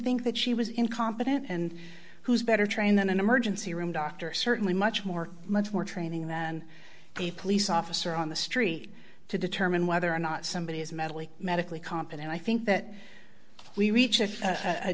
think that she was incompetent and who's better trained than an emergency room doctor certainly much more much more training than the police officer on the street to determine whether or not somebody is mentally medically comp and i think that we reach a